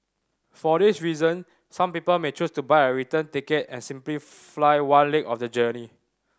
for this reason some people may choose to buy a return ticket and simply fly one leg of the journey